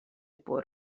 por